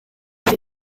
vais